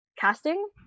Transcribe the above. casting